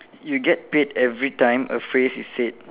you get paid everytime a phrase is said